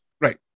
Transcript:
right